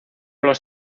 los